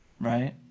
right